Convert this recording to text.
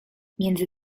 między